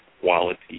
quality